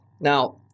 Now